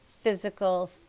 physical